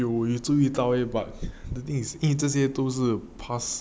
有有注意到 leh but the thing is 因为这些都是 past